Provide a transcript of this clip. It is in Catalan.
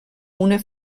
una